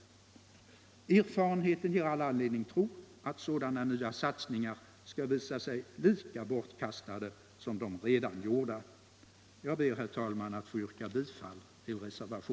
Erfarenheten ger all anledning att tro att sådana nya satsningar skall visa sig lika bortkastade som de redan gjorda. lingsaktiebolaget, 60